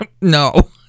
No